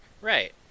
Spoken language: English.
Right